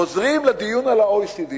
חוזרים לדיון על ה-OECD.